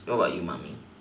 what about you mummy